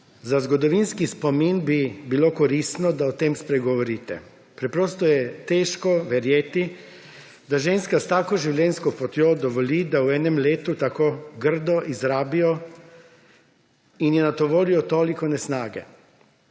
Za zgodovinski spomin bi bilo koristno, da o tem spregovorite. Preprosto je težko verjeti, da ženska s takšno življenjsko potjo dovoli, da jo v enem letu tako grdo izrabijo in ji natovorijo toliko nesnage.